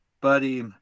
Buddy